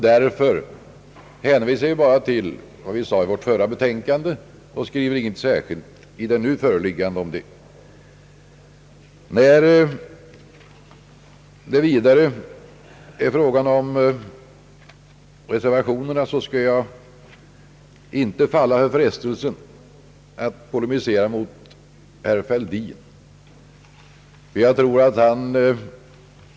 Därför hänvisar vi bara till vad vi sade i vårt förra betänkande och skriver ingenting särskilt om saken i det nu föreliggande. När det gäller reservationerna i Övrigt skall jag inte falla för frestelsen att polemisera mot herr Fälldin.